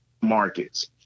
markets